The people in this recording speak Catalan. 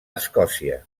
escòcia